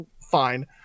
fine